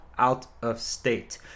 out-of-state